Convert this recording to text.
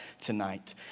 tonight